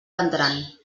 vendran